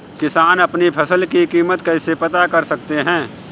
किसान अपनी फसल की कीमत कैसे पता कर सकते हैं?